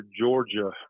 Georgia